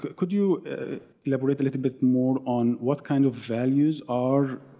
could you elaborate a little bit more on what kind of values are,